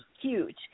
huge